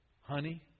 honey